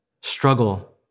struggle